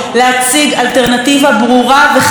נמאס לו מהשיסוי הזה,